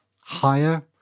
higher